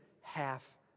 half